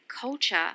culture